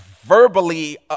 verbally